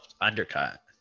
undercut